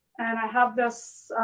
and i have this,